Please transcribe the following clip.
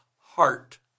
heart